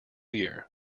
year